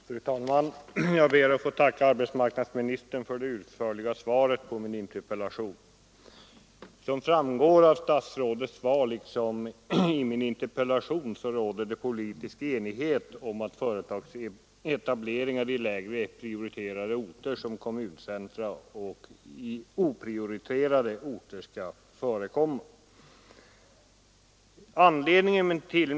Fru talman! Jag ber att få tacka arbetsmarknadsministern för det utförliga svaret på min interpellation. Som framgår av statsrådets svar liksom av min interpellation råder det politisk enighet om att företagsetableringar i lägre prioriterade orter såsom kommuncentra och i oprioriterade orter skall förekomma.